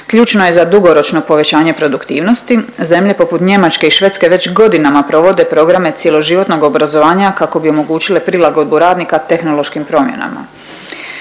Ključno je za dugoročno povećanje produktivnosti. Zemlje poput Njemačke i Švedske već godinama provode programe cjeloživotnog obrazovanja, kako bi omogućile prilagodbu radnika tehnološkim promjenama.